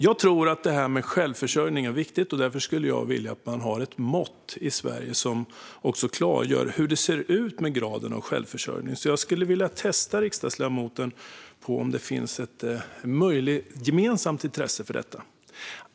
Jag tror att självförsörjning är viktigt, och därför skulle jag vilja att vi har ett mått i Sverige som klargör hur det ser ut med graden av självförsörjning. Jag skulle vilja testa riksdagsledamoten för att se om det möjligen finns ett gemensamt intresse för detta.